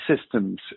systems